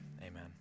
Amen